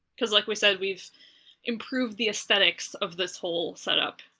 because like we said, we've improved the aesthetics of this whole set-up,